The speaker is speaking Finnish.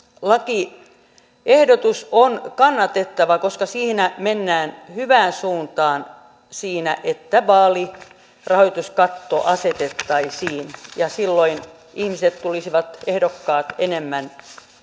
lakiehdotus on kannatettava koska siinä mennään hyvään suuntaan siinä että vaalirahoituskatto asetettaisiin ja silloin ihmiset ehdokkaat tulisivat enemmän